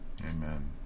Amen